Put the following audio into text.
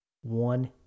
One